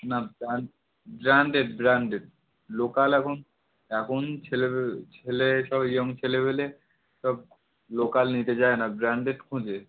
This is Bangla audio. না ব্রান ব্রান্ডেড ব্র্যান্ডেড লোকাল এখন এখন ছেলে পে ছেলে সব ইয়ং ছেলে পেলে সব লোকাল নিতে চায় না ব্রান্ডেড খোঁজে